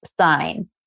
sign